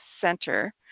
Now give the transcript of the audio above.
Center